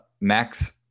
Max